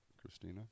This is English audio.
Christina